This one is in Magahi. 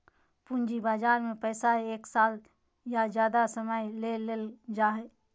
पूंजी बजार में पैसा एक साल या ज्यादे समय ले देल जाय हइ